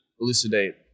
elucidate